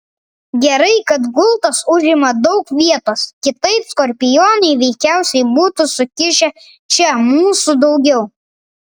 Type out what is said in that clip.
gerai kad gultas užima daug vietos kitaip skorpionai veikiausiai būtų sukišę čia mūsų daugiau